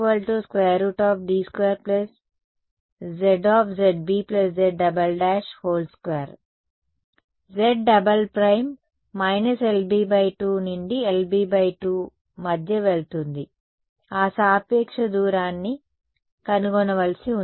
R d 2 zz B z2 z double prime LB2 నుండి LB2 మధ్య వెళ్తుంది ఆ సాపేక్ష దూరాన్ని కనుగొనవలసి ఉంది